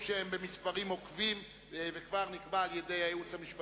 של קבוצת סיעת מרצ,